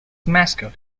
mascot